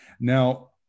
Now